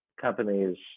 companies